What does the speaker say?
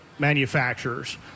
Manufacturers